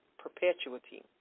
perpetuity